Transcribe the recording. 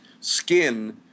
skin